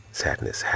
sadness